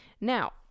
Now